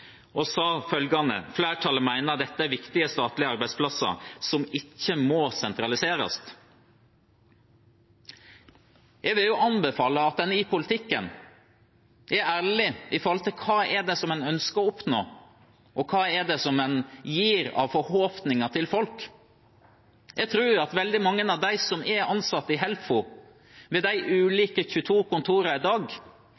og sa følgende: «Flertallet mener dette er viktige statlige arbeidsplasser som ikke må sentraliseres.» Jeg vil anbefale at man i politikken er ærlig om hva man ønsker å oppnå, og hva man gir av forhåpninger til folk. Jeg tror veldig mange av dem som er ansatt i Helfo ved de